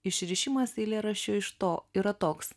išrišimas eilėraščio iš to yra toks